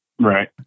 right